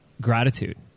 gratitude